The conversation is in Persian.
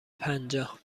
پنجاه